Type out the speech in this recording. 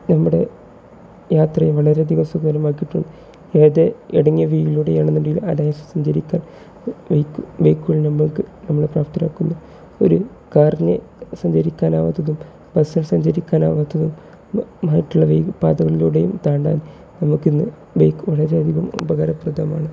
നമ്മുടെ യാത്ര വളരെയധികം സുഖകരമായി കിട്ടും ഏത് ഇടുങ്ങിയ വീതിയിലൂടെയാണെന്നുണ്ടെങ്കിലും അതേൽ സഞ്ചരിക്കാൻ ബൈക്ക് ബൈക്കുകൾ നമ്മൾക്ക് നമ്മളെ പ്രാപ്തരാക്കുന്നു ഒരു കാറിന് സഞ്ചരിക്കാനാകാത്തതും ബസ് സഞ്ചരിക്കാനാകാത്തതും മറ്റുള്ള വെ പാതകളിലൂടെയും താണ്ടാൻ നമുക്കിന്ന് ബൈക്ക് വളരെയധികം ഉപകാരപ്രദമാണ്